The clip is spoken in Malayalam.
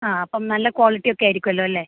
ആ അപ്പോള് നല്ല ക്വാളിറ്റിയൊക്കെ ആയിരിക്കുമല്ലോ അല്ലേ